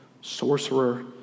sorcerer